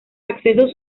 accesos